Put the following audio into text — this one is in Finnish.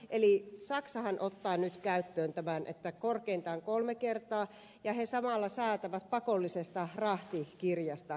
saksahan ottaa nyt käyttöön tämän että korkeintaan kolme kertaa ja samalla he säätävät pakollisesta rahtikirjasta